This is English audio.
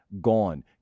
gone